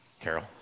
Carol